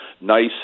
nice